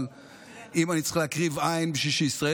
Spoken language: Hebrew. אבל אם אני צריך להקריב עין בשביל שישראל